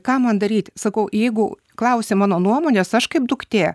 ką man daryt sakau jeigu klausi mano nuomonės aš kaip duktė